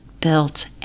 built